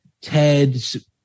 Ted's